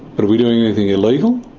but are we doing anything illegal?